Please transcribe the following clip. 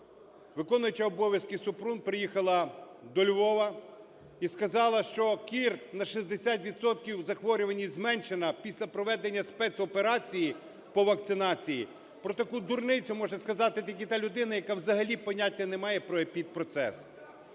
виконуюча обов'язки Супрун приїхала до Львова і сказала, що кір, на 60 відсотків захворюваність зменшена після проведення спецоперації по вакцинації. Про таку дурницю може сказати тільки та людина, яка взагалі поняття не має про епідпроцес.